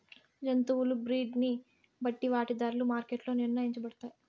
జంతువుల బ్రీడ్ ని బట్టి వాటి ధరలు మార్కెట్ లో నిర్ణయించబడతాయి